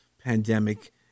pandemic